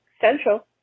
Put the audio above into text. Central